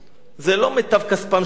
זה לא מיטב כספם שיש להם,